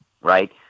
right